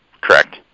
correct